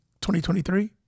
2023